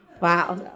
Wow